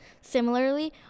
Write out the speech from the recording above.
Similarly